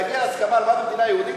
להגיע להסכמה על מה זה מדינה יהודית,